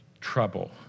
trouble